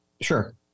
Sure